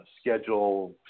schedule